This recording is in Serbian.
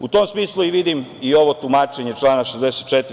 U tom smislu i vidim i ovo tumačenje člana 64.